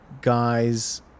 guy's